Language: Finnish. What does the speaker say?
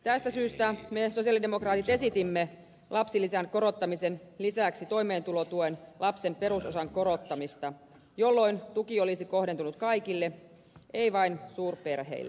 tästä syystä me sosialidemokraatit esitimme lapsilisän korottamisen lisäksi toimeentulotuen lapsen perusosan korottamista jolloin tuki olisi kohdentunut kaikille ei vain suurperheille